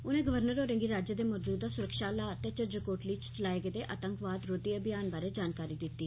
उनें गवर्नर होरें गी राज्य दे मजूदा सुरक्षा हालात ते झज्जर कोटली इच चलाए गेदे आतंकवाद रोधी अभियान बारै जानकारी दित्ती